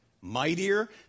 Mightier